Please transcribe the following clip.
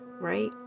right